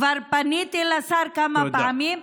כבר פניתי לשר כמה פעמים.